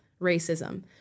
racism